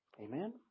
Amen